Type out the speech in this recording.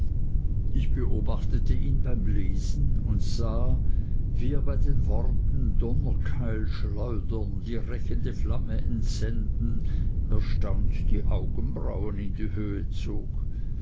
ich beobachtete ihn beim lesen und sah wie er bei den worten donnerkeil schleudern die rächende flamme entsenden erstaunt die augenbrauen in die höhe zog